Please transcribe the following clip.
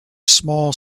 small